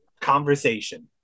conversation